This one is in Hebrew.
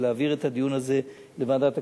להעביר את הדיון הזה לוועדת הכספים,